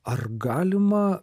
ar galima